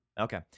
Okay